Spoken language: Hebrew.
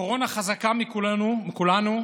הקורונה חזקה מכולנו.